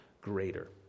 greater